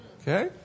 Okay